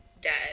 dead